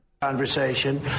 Conversation